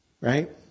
right